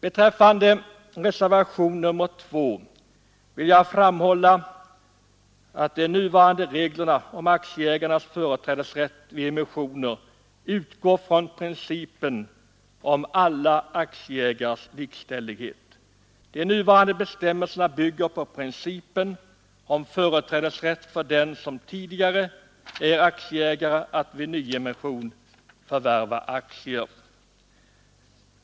Beträffande reservationen 2 vill jag framhålla att de nuvarande reglerna om aktieägarnas företrädesrätt vid emissioner utgår från principen om alla aktieägares likställighet. De nuvarande bestämmelserna bygger på principen om företrädesrätt för den som tidigare är aktieägare att vid nyemission förvärva aktier.